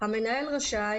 המנהל רשאי,